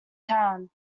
town